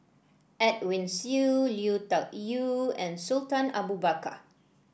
Edwin Siew Lui Tuck Yew and Sultan Abu Bakar